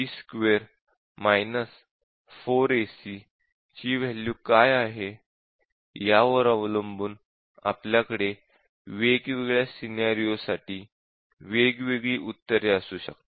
b2 4ac ची value काय आहेत यावर अवलंबून आपल्याकडे वेगवेगळ्या सिनॅरिओसाठी वेगवेगळी उत्तरे असू शकतात